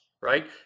right